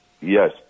Yes